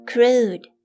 Crude